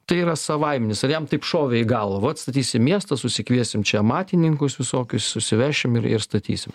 tai yra savaiminis ar jam taip šovė į galvą vat statysim miestą susikviesim čia amatininkus visokius susivešim ir ir statysim